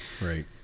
Right